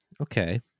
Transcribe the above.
Okay